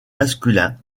masculins